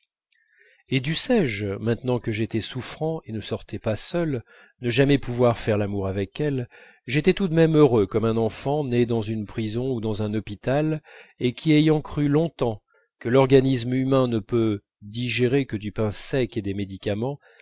et dussé-je maintenant que j'étais souffrant et ne sortais pas seul ne jamais pouvoir faire l'amour avec elles j'étais tout de même heureux comme un enfant né dans une prison ou dans un hôpital et qui ayant cru longtemps que l'organisme humain ne peut digérer que du pain sec et des médicaments